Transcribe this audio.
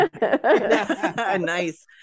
Nice